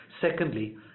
Secondly